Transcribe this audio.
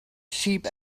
sheep